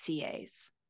CAs